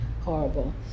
horrible